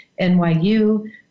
NYU